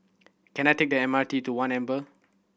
can I take the M R T to One Amber